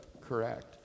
correct